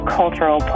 cultural